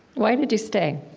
why did you stay?